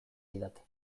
didate